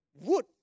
wood